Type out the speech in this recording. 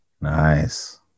nice